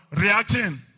Reacting